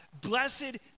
Blessed